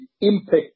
impact